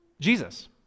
Jesus